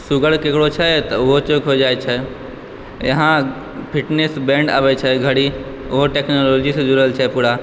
सूगर केकरो छै तऽ ओहो चेक होइ जाइ छै यहाँ फीटनेस बैंड आबै छै घड़ी ओहो टेक्नॉलजी सॅं जुड़ल छै पूरा